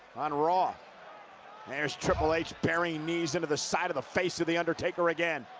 on raw. and there's triple h burrying knees into the side of the face to the undertaker again,